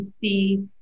see